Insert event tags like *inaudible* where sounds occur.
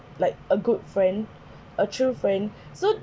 like a good friend *breath* a true friend *breath* so